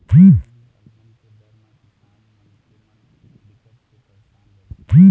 कोनो भी अलहन के डर म किसान मनखे मन बिकट के परसान रहिथे